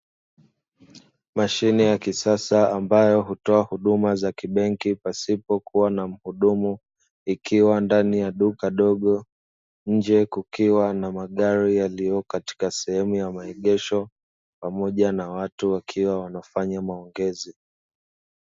Mashine ya kisasa ambayo hutoa huduma za kibenki pasipo kuwa na muhudumu, ikiwa ndani ya duka dogo. Nje kukiwa na magari yaliyo katika sehemu ya maegesho, pamoja na watu wakiwa wanafanya maongezi.